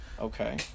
Okay